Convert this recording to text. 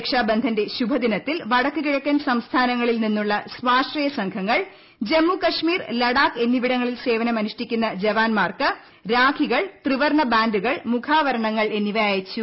രക്ഷാ ബന്ധന്റെ ശുഭദിനത്തിൽ വടക്കുകിഴക്കൻ സംസ്ഥാനങ്ങളിൽ നിന്നുള്ള സ്വാശ്രയ സംഘങ്ങൾ ജമ്മു കശ്മീർ ലഡാക്ക് എന്നിവിടങ്ങളിൽ സേവനമനുഷ്ഠിക്കുന്ന ജവാൻമാർക്ക് രാഖികൾ ത്രി വർണ്ണ ബാൻഡുകൾ മുഖാവരണങ്ങൾ എന്നിവ അയച്ചു